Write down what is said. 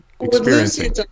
experiencing